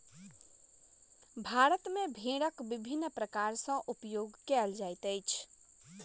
भारत मे भेड़क विभिन्न प्रकार सॅ उपयोग कयल जाइत अछि